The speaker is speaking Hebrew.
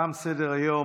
תם סדר-היום.